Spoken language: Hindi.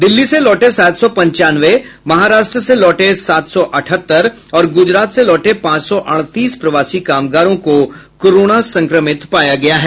दिल्ली से लौटे सात सौ पंचानवे महाराष्ट्र से लौटे सात सौ अठहत्तर और गुजरात से लौटे पांच सौ अड़तीस प्रवासी कामगारों को कोरोना संक्रमित पाया गया है